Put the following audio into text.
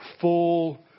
full